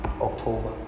October